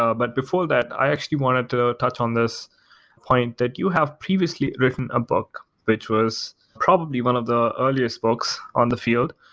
ah but before that, i actually wanted to touch on this point that you have previously written a book which was probably one of the earliest books on the field.